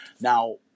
Now